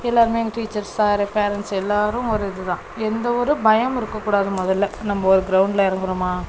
எல்லோருமே எங்கள் teacher sir parents எல்லோரும் ஒரு இதுதான் எந்த ஒரு பயம் இருக்கக்கூடாது முதலில் நம்ம ஒரு க்ரௌண்டில் இறங்குறோமா